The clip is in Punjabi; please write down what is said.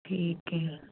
ਠੀਕ ਏ